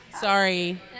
Sorry